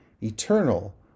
Eternal